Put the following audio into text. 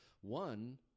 One